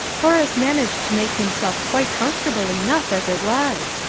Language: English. horace managed to make himself quite comfortable enough as it was.